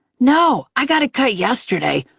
no, i got it cut yesterday.